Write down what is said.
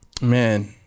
Man